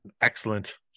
excellent